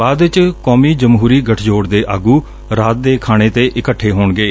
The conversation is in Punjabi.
ਬਾਅਦ ਚ ਕੌਮੀ ਜਮਹੂਰੀ ਗਠਜੋੜ ਦੇ ਆਗੂ ਰਾਤ ਦੇ ਖਾਣੇ ਤੇ ਇਕੱਠੇ ਹੋਣਗੇ